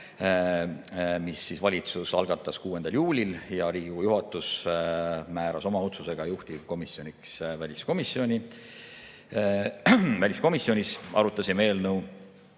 mille valitsus algatas 6. juulil, Riigikogu juhatus määras oma otsusega juhtivkomisjoniks väliskomisjoni. Väliskomisjonis arutasime eelnõu